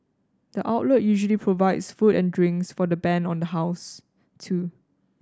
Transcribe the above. the outlet usually provides food and drinks for the band on the house too